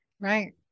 right